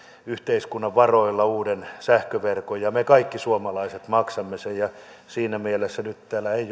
yhteiskunnan varoilla uuden sähköverkon ja me kaikki suomalaiset maksamme sen siinä mielessä nyt täällä ei